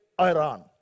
Iran